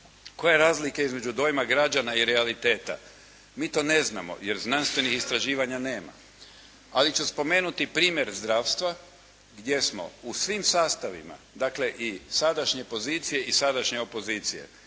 je razlika između dojma građana i realiteta? Mi to ne znamo jer znanstvenih istraživanja nema ali ću spomenuti primjer zdravstva gdje smo u svim sastavima, dakle i sadašnje pozicije i sadašnje opozicije